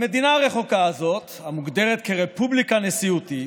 במדינה הרחוקה הזאת, המוגדרת רפובליקה נשיאותית,